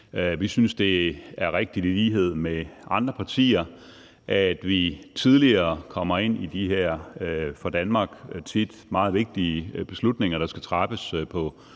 Vi synes, det er rigtigt – i lighed med hvad andre partier har sagt – at vi tidligere kommer ind i de her for Danmark tit meget vigtige beslutninger, der skal træffes på